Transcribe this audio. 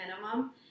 minimum